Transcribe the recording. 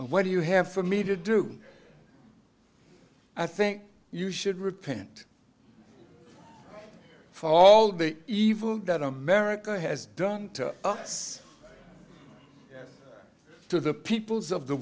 what do you have for me to do i think you should repent for all the evil that america has done to us to the peoples of the